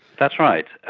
that's right.